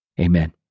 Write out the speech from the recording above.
amen